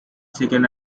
second